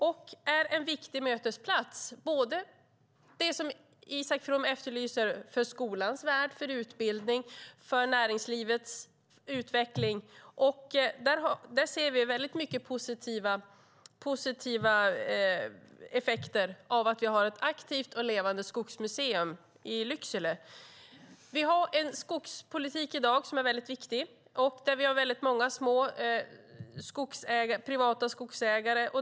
Det är en viktig mötesplats för skolans värld och för utbildning, som Isak From efterlyser, och för näringslivets utveckling. Där ser vi väldigt mycket positiva effekter av att vi har ett aktivt och levande skogsmuseum i Lycksele. Vi har i dag en skogspolitik som är väldigt viktig. Vi har många små privata skogsägare.